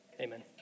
amen